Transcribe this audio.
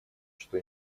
что